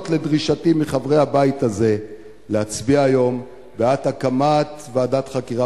לדרישתי מחברי הבית הזה להצביע היום בעד הקמת ועדת חקירה